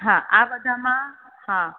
હા આ બધામાં હા